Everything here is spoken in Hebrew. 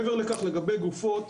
מעבר לכך, לגבי גופות,